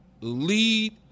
lead